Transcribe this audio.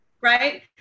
Right